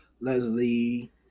Leslie